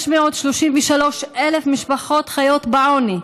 533,000 משפחות חיות בעוני.